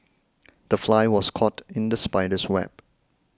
the fly was caught in the spider's web